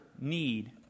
need